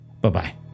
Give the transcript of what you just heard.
bye-bye